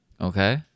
Okay